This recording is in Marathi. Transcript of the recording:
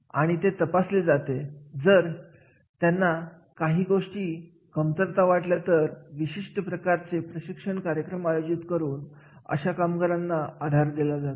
आणि जर त्या कार्यामध्ये जबाबदारी घेणारी व्यक्ती नसतील तर येणाऱ्या अडचणी ला मार्ग काढणारे नसतील तर या ठिकाणी काही प्रशिक्षण कार्यक्रमाचे नियोजन केले जाते